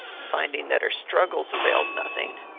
finding that her struggles availed nothing,